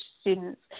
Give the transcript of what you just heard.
students